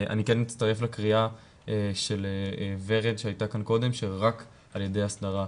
אני מצטרף לקריאה של ורד שהייתה כאן קודם שרק על ידי הסדרה,